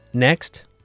Next